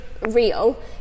real